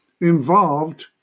involved